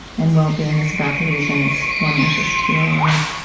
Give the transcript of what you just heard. and well-being is about the reasons one wishes to be alive.